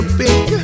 big